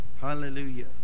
Hallelujah